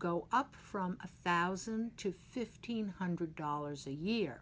go up from a fastened to fifteen hundred dollars a year